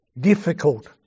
difficult